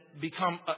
become